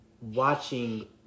watching